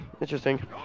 Interesting